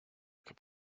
que